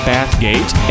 Bathgate